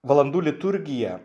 valandų liturgija